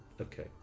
Okay